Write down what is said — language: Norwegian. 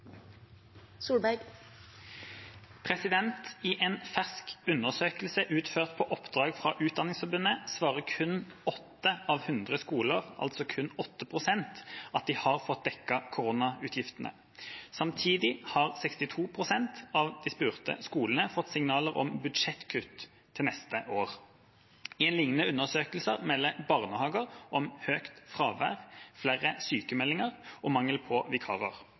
en fersk undersøkelse utført på oppdrag fra Utdanningsforbundet svarer kun 8 av 100 skoler at de har fått dekket koronautgifter. Samtidig har 62 pst. av de spurte fått signaler om budsjettkutt neste år. I en lignende undersøkelse melder barnehagene om høyt fravær og mangel på vikarer.